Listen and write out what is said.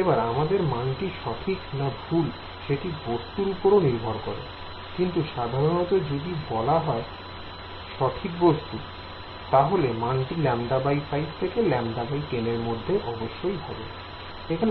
এবার আমাদের মানটি ঠিক না ভুল সেটি বস্তুর উপর নির্ভর করে কিন্তু সাধারণত যদি বলো সঠিক বস্তু হয় তাহলে মানটি λ5 থেকে λ10 র মধ্যে হবে I Student আমাদের কাছে কি থাকবে